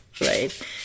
right